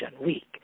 Week